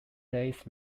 days